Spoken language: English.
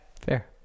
fair